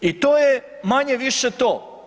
I to je manje-više to.